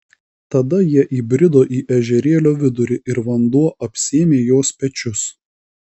tada jie įbrido į ežerėlio vidurį ir vanduo apsėmė jos pečius